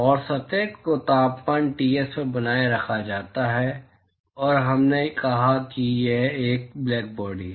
और सतह को तापमान Ts पर बनाए रखा जाता है और हमने कहा कि यह एक ब्लैकबॉडी है